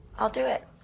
i'll do it.